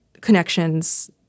connections